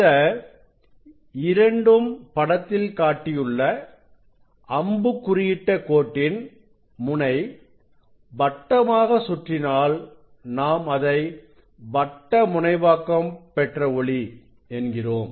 இந்த படத்தில் காட்டியுள்ள அம்புக் குறியிட்ட கோட்டின் முனை வட்டமாக சுற்றினால் நாம் அதை வட்ட முனைவாக்கம் பெற்ற ஒளி என்கிறோம்